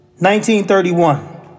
1931